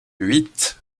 huit